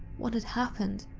what had happened?